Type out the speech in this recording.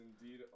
indeed